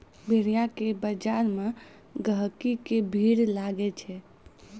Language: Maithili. भेड़िया के बजार मे गहिकी के भीड़ लागै छै